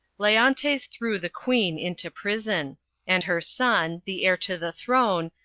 leontes threw the queen into prison and her son, the heir to the throne,